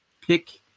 pick